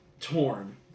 torn